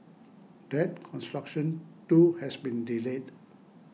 that construction too has been delayed